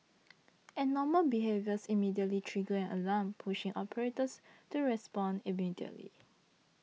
abnormal behaviours immediately trigger an alarm pushing operators to respond immediately